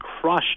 crushed